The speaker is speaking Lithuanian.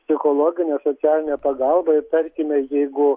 psichologinę socialinę pagalbą ir tarkime jeigu